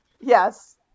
Yes